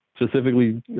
specifically